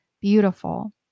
Beautiful